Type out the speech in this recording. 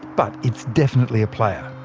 but it's definitely a player.